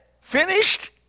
finished